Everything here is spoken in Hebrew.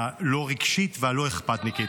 הלא-רגשית והלא-אכפתניקית.